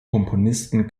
komponisten